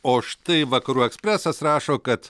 o štai vakarų ekspresas rašo kad